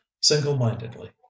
single-mindedly